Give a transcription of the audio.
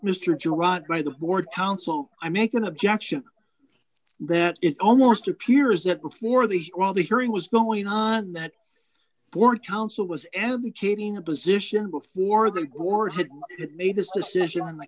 geraci by the board counsel i make an objection that it almost appears that before the trial the hearing was going on that board counsel was advocating a position before the war had made this decision in